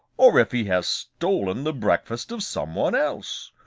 or if he has stolen the breakfast of some one else.